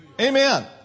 Amen